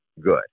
good